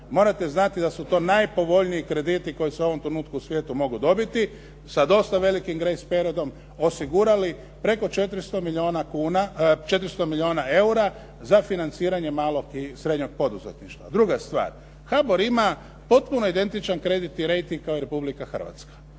Morate znati da su to najpovoljniji krediti koji se u ovom trenutku u svijetu mogu dobiti sa dosta velikim greis periodom osigurali preko 400 milijuna eura za financiranje malog i srednjeg poduzetništva. Druga stvar, HBOR ima potpuno identičan kreditni rejting kao i Republika Hrvatska